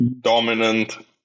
dominant